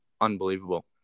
unbelievable